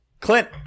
Clint